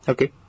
Okay